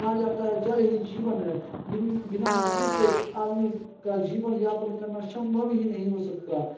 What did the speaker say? कहा जाता है जल ही जीवन है बिन बीना नदी के आदमी का जीवन यापन करना शंभव ही नहीं हो सकता